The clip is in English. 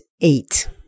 eight